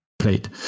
Played